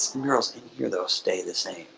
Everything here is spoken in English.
murals in here though stay the same.